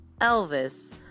Elvis